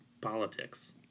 politics